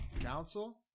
council